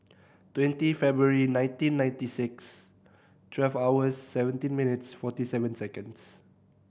twenty February nineteen ninety six twelve hours seventeen minutes forty seven seconds